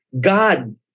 God